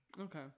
Okay